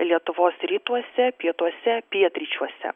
lietuvos rytuose pietuose pietryčiuose